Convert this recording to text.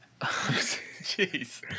Jeez